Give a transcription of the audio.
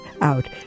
out